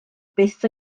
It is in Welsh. byth